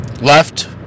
left